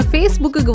Facebook